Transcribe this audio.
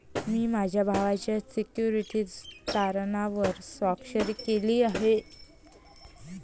मी माझ्या भावाच्या सिक्युरिटीज तारणावर स्वाक्षरी केली आहे